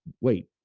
wait